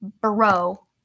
bro